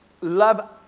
love